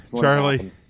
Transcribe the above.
Charlie